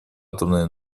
атомной